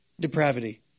depravity